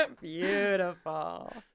Beautiful